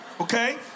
okay